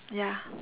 ya